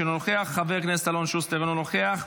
חבר הכנסת יואב סגלוביץ' אינו נוכח,